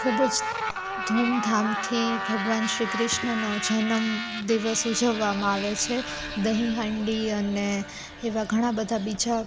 ખૂબ જ ધૂમધામથી ભગવાન શ્રી કૃષ્ણનો જન્મ દિવસ ઉજવવામાં આવે છે દહીં હાંડી અને એવા ઘણા બધા બીજા